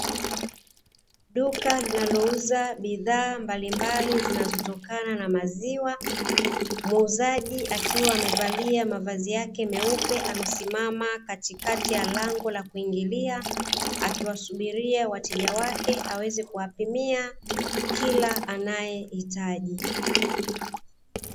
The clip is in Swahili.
Duka linalo uza bidhaa mbalimbali zinalotokana na maziwa, muuzaji akiwa amevalia mavazi yake meupe amesimama katikati ya lango la kuingilia akiwasubiria wateja wake aweze kuwapimia kila anaye hitaji.